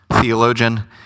theologian